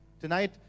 Tonight